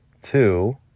two